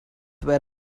where